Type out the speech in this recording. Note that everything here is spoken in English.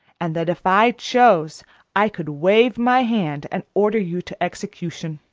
and that if i chose i could wave my hand and order you to execution.